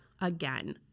Again